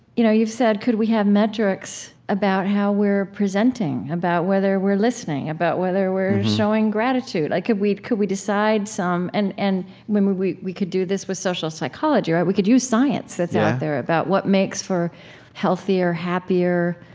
you know you've said, could we have metrics about how we're presenting, about whether we're listening, about whether we're showing gratitude? like, could we could we decide some and and we we could do this with social psychology, right? we could use science that's out there about what makes for healthier, happier